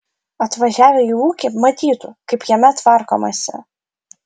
atvažiavę į ūkį matytų kaip jame tvarkomasi